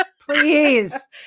Please